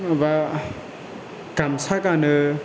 माबा गामसा गानो